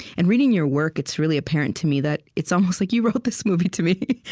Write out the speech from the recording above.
and reading your work, it's really apparent to me that it's almost like you wrote this movie, to me.